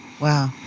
Wow